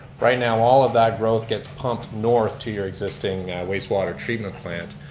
right now all of that growth gets pumped north to your existing wastewater treatment plant.